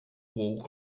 wall